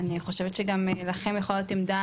אני חושבת שגם לכם יכולה להיות עמדה